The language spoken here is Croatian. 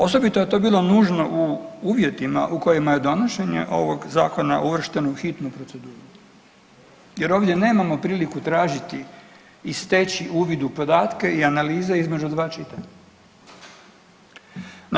Osobito je to bilo nužno u uvjetima u kojima je donošenje ovog zakona uvršteno u hitnu proceduru jer ovdje nemamo pravo tražiti i steći uvid u podatke i analize između dva čitanja.